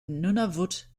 nunavut